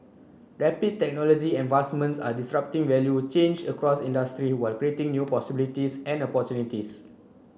rapid technology advancements are disrupting value a change across industry while creating new possibilities and opportunities